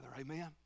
Amen